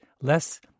less